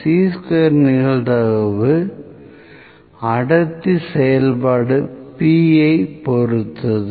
சீ square நிகழ்தகவு அடர்த்தி செயல்பாடு P யை பொருத்தது